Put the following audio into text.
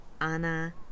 Anna